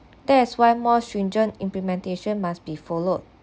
there's one more stringent implementation must be followed